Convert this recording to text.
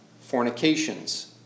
fornications